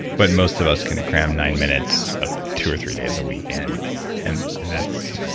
but most of us can cram nine minutes ah two or three days a week and and and that's,